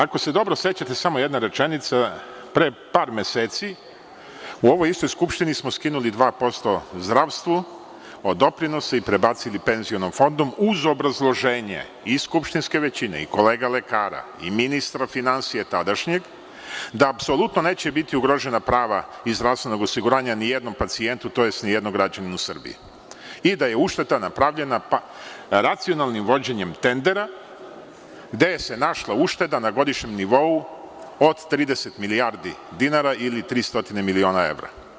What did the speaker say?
Ako se dobro sećate, samo jedna rečenica, pre par meseci u ovoj istoj Skupštini smo skinuli 2% zdravstvu od doprinosa i prebacili penzionom fondu, uz obrazloženje i skupštinske većine i kolega lekara i ministra finansija tadašnjeg da apsolutno neće biti ugrožena prava iz zdravstvenog osiguranja nijednom pacijentu, tj. nijednom građaninu Srbije i da je ušteda napravljena racionalnim vođenjem tendera, gde se našla ušteda na godišnjem nivou od 30 milijardi dinara ili 300 miliona evra.